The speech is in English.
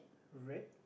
red